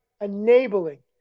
enabling